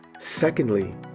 Secondly